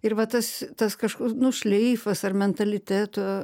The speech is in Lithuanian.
ir va tas tas kažkoks nu šleifas ar mentaliteto